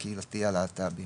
הקהילתי הלהט"בי.